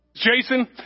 Jason